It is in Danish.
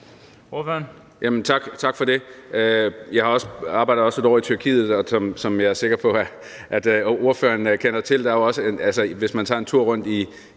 Tak for det. Jeg arbejdede også lidt ovre i Tyrkiet, som jeg er sikker på at ordføreren kender til. Hvis man tager en tur rundt i